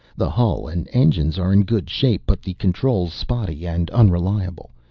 the hull and engines are in good shape but the controls spotty and unreliable.